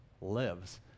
lives